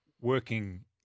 working